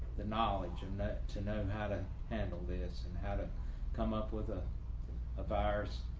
the knowledge, and to know how to handle this and how to come up with a virus.